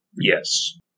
Yes